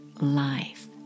life